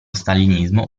stalinismo